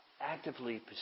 actively